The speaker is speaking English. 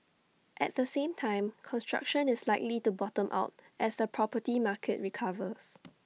at the same time construction is likely to bottom out as the property market recovers